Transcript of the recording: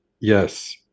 yes